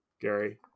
Gary